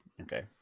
Okay